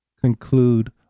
conclude